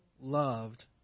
loved